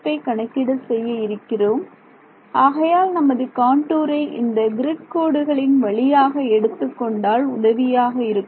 n கணக்கீடு செய்ய இருக்கிறோம் ஆகையால் நமது காண்டூரை இந்த கிரிட் கோடுகளின் வழியாக எடுத்துக் கொண்டால் உதவியாக இருக்கும்